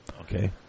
Okay